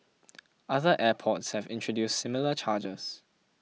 other airports have introduced similar charges